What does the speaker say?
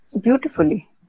Beautifully